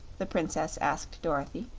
the princess asked dorothy.